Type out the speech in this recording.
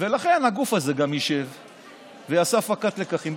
ולכן הגוף הזה גם ישב ויעשה הפקת לקחים,